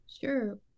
Sure